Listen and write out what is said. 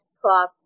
cloth